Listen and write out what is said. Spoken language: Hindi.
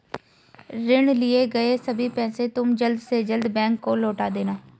ऋण लिए गए सभी पैसे तुम जल्द से जल्द बैंक को लौटा देना